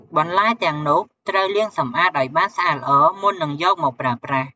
បន្លែទាំងនោះ ត្រូវលាងសម្អាតឲ្យបានស្អាតល្អមុននឹងយកមកប្រើប្រាស់។